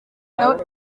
nawe